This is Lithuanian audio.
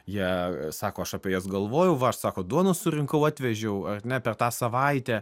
jie sako aš apie jas galvojau va aš sako duonos surinkau atvežiau ar ne per tą savaitę